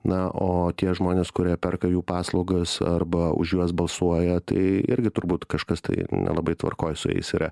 na o tie žmonės kurie perka jų paslaugas arba už juos balsuoja tai irgi turbūt kažkas tai nelabai tvarkoj su jais yra